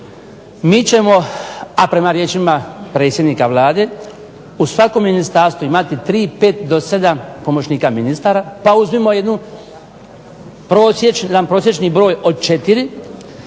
mi ćemo a prema riječima predsjednika Vlade u svakom ministarstvu imati 3, 5 do 7 pomoćnika ministara, pa uzmimo jedan prosječni broj od 4